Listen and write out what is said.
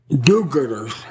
do-gooders